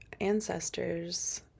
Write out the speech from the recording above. ancestors